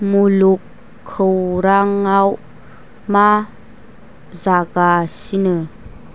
मुलुग खौरांआव मा जागासिनो